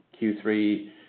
Q3